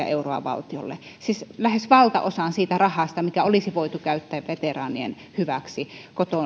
euroa valtiolle siis lähes valtaosan siitä rahasta mikä olisi voitu käyttää veteraanien hyväksi